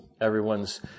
Everyone's